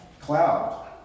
cloud